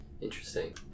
Interesting